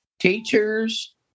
teachers